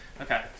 Okay